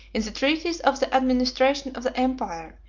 in the treaties of the administration of the empire,